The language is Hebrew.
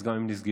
אז גם הם נסגרו.